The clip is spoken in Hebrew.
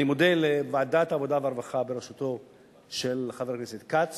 אני מודה לוועדת העבודה והרווחה בראשותו של חבר הכנסת כץ